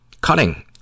cutting